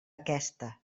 aquesta